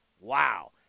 Wow